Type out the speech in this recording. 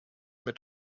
mit